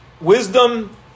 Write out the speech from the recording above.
Wisdom